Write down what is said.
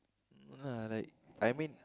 uh like I mean